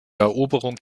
eroberung